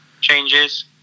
changes